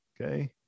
Okay